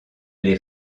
les